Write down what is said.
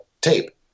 tape